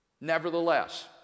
Nevertheless